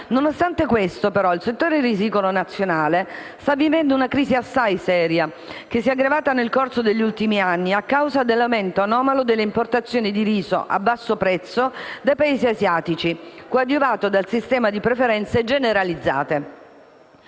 Nonostante questo, però, il settore risicolo nazionale sta vivendo una crisi assai seria, che si è aggravata nel corso degli ultimi anni a causa dell'aumento anomalo delle importazioni di riso a basso prezzo dai Paesi asiatici, coadiuvato dal sistema di preferenze generalizzate.